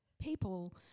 people